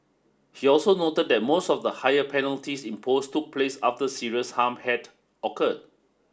he also noted that most of the higher penalties imposed took place after serious harm had occurred